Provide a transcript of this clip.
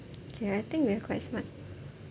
okay I think I quite smart